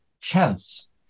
chance